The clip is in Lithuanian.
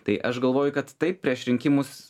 tai aš galvoju kad taip prieš rinkimus